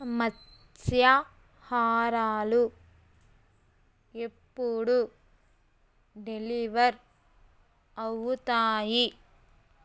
మత్స్య హారాలు ఎప్పుడు డెలివర్ అవుతాయి